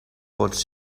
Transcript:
pots